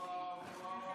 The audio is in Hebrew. וואו, וואו, וואו.